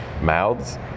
mouths